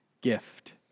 Gift